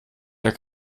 der